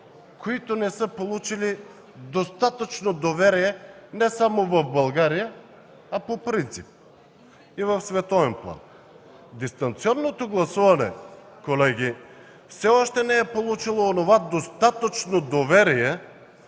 които не са получили достатъчно доверие не само в България, а по принцип и в световен план. Дистанционното гласуване, колеги, все още не е получило онова достатъчно доверие,